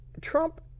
Trump